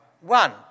One